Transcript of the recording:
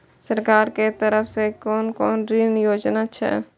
सरकार के तरफ से कोन कोन ऋण योजना छै?